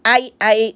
I I